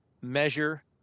measure